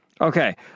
Okay